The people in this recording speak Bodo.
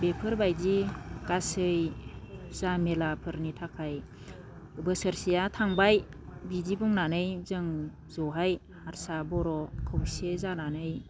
बेफोरबायदि गासै झामेरलाफोरनि थाखाय बोसोरसेया थांबाय बिदि बुंनानै जों जयै हारसा बर' खौसे जानानै